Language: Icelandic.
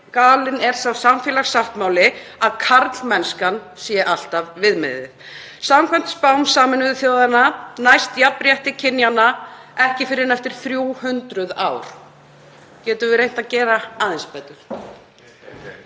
galinn er sá samfélagssáttmáli að karlmennskan sé alltaf viðmiðið? Samkvæmt spám Sameinuðu þjóðanna næst jafnrétti kynjanna ekki fyrr en eftir 300 ár. Getum við reynt að gera aðeins betur?